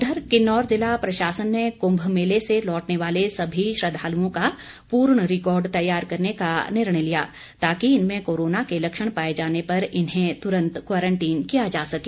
उधर किन्नौर जिला प्रशासन ने कुंम मेले से लौटने वाले सभी श्रद्धालुओं का पूर्ण रिकॉर्ड तैयार करने का निर्णय लिया ताकि इनमें कोरोना के लक्षण पाये जाने पर इन्हें तुरन्त क्वारंटीन किया जा सके